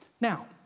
now